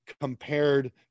compared